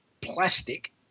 plastic